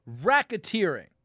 racketeering